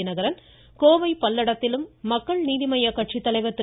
தினகரன் கோவை பல்லடத்திலும் மக்கள் நீதிமய்யக்கட்சித் தலைவர் திரு